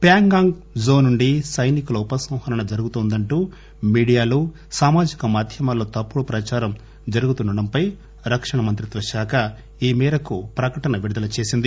Pangong zone నుండి సైనికుల ఉపసంహరణ జరుగుతోందంటూ మీడియాలో సామాజిక మాధ్యమాల్లో తప్పుడు ప్రచారం జరుగుతుండడంపై రక్షణ మంత్రిత్వశాఖ ఈమేరకు ప్రకటన విడుదల చేసింది